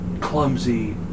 clumsy